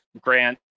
grant